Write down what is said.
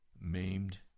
maimed